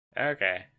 Okay